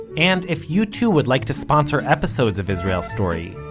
and, if you too would like to sponsor episodes of israel story,